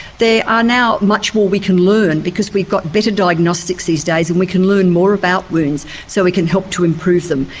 ah now much more we can learn because we've got better diagnostics these days and we can learn more about wounds, so we can help to improve them.